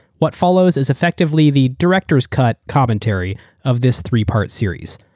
what follows is effectively the directoraeurs cut commentary of this three-part series.